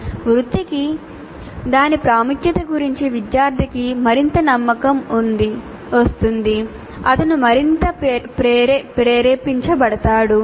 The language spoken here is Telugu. వృత్తికి దాని ప్రాముఖ్యత గురించి విద్యార్థికి మరింత నమ్మకం ఉంది అతను మరింత ప్రేరేపించబడతాడు